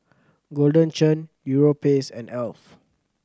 Golden Churn Europace and Alf